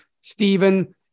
Stephen